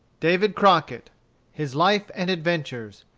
david crockett his life and adventures,